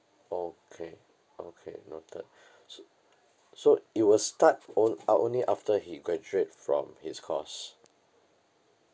okay okay noted s~ so it will start on~ ah only after he graduate from his course